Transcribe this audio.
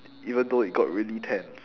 even though it got really tense